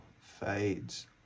fades